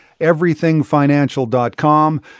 everythingfinancial.com